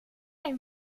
ein